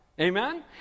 Amen